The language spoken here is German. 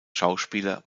schauspieler